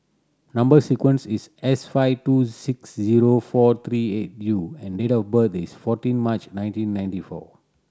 number sequence is S five two six zero four three eight U and date of birth is fourteen March nineteen ninety four